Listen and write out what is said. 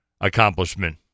accomplishment